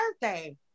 birthday